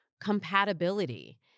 compatibility